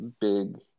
big